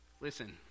Listen